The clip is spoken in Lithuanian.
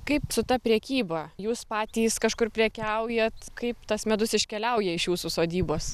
kaip su ta prekyba jūs patys kažkur prekiaujat kaip tas medus iškeliauja iš jūsų sodybos